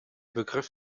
begriff